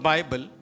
Bible